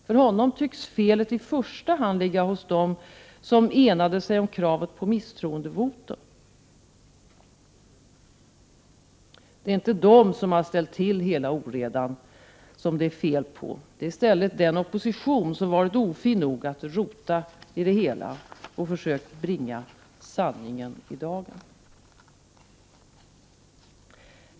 För honom tycks felet i första hand ligga hos dem som enade sig om kravet på misstroendevotum. Det är alltså inte de som har ställt till hela oredan som det är fel på, utan det är i stället den opposition som varit ofin nog att rota i det hela och försökt bringa sanningen i dagen.